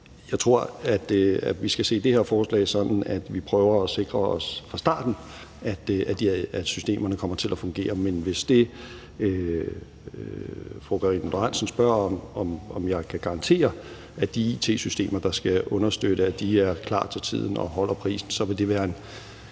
Jeg tror, at vi skal se det her forslag sådan, at vi prøver at sikre os fra starten, at systemerne kommer til at fungere. Men hvis det, fru Karina Lorentzen Dehnhardt spørger om, er, om jeg kan garantere, at de it-systemer, der skal understøtte, er klar til tiden og holder prisen, vil jeg sige,